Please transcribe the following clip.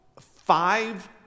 five